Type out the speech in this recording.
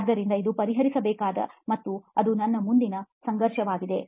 ಆದ್ದರಿಂದ ಇದು ಪರಿಹರಿಸಬೇಕಾದ ಮತ್ತು ಅದು ನಮ್ಮ ಮುಂದಿನ ಸಂಘರ್ಷವಾಗಿದೆ